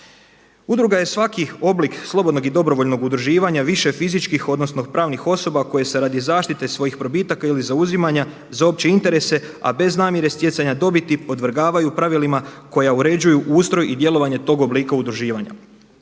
Udruga je svaki oblik slobodnog i dobrovoljnog udruživanja više fizičkih, odnosno pravnih osoba koje se radi zaštite svojih probitaka ili zauzimanja za opće interese a bez namjere stjecanja dobiti podvrgavaju pravilima koja uređuju ustroj i djelovanje tog oblika udruživanja.